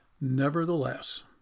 Nevertheless